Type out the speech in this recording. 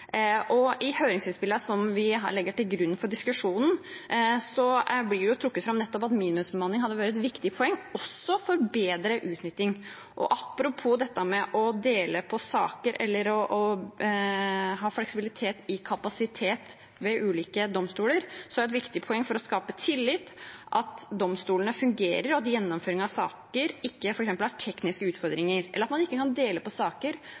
I høringsinnspillene som vi legger til grunn for diskusjonen, blir det trukket fram at nettopp minimumsbemanning hadde vært et viktig poeng også for bedre utnytting. Apropos dette å dele på saker eller å ha fleksibilitet i kapasiteten ved ulike domstoler: Det er et viktig poeng for å skape tillit at domstolene fungerer, at gjennomføring av saker ikke har f.eks. tekniske utfordringer, at man ikke kan dele på saker